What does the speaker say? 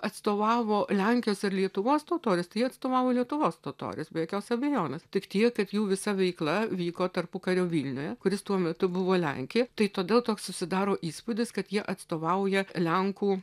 atstovavo lenkijos ar lietuvos totorius tai jie atstovavo lietuvos totorius be jokios abejonės tik tiek kad jų visa veikla vyko tarpukario vilniuje kuris tuo metu buvo lenkija tai todėl toks susidaro įspūdis kad jie atstovauja lenkų